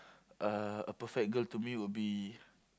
uh a perfect girl to me will be